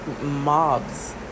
mobs